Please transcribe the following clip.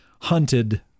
hunted